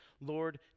Lord